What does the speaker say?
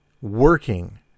working